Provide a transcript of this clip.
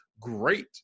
great